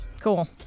Cool